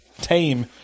tame